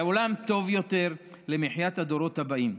לעולם טוב יותר למחיית הדורות הבאים.